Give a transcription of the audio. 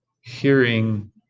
hearing